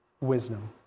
wisdom